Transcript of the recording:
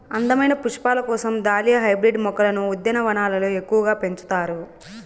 అందమైన పుష్పాల కోసం దాలియా హైబ్రిడ్ మొక్కలను ఉద్యానవనాలలో ఎక్కువగా పెంచుతారు